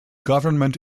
government